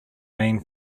main